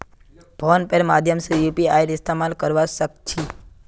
phone पेर माध्यम से यूपीआईर इस्तेमाल करवा सक छी